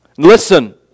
Listen